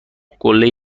قله